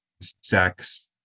sex